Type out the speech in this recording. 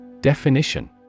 Definition